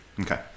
Okay